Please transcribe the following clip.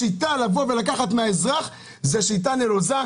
השיטה לקחת מהאזרח היא שיטה נלוזה,